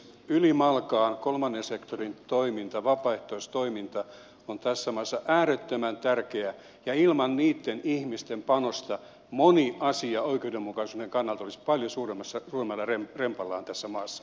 ylimalkaan kolmannen sektorin toiminta vapaaehtoistoiminta on tässä maassa äärettömän tärkeää ja ilman niitten ihmisten panosta moni asia oikeudenmukaisuuden kannalta olisi paljon suuremmassa määrin rempallaan tässä maassa